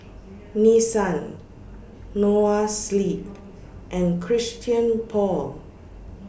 Nissan Noa Sleep and Christian Paul